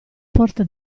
porta